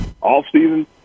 off-season